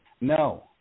No